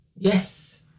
Yes